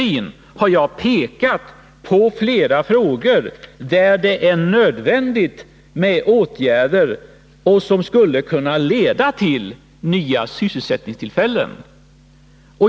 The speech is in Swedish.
Och jag har pekat på att det inom träindustrin är nödvändigt med åtgärder som skulle kunna leda till nya sysselsättningstillfällen.